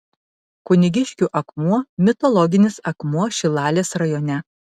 kunigiškių akmuo mitologinis akmuo šilalės rajone